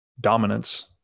dominance